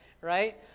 Right